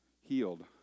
healed